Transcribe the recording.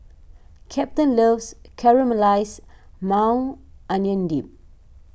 Captain loves Caramelized Maui Onion Dip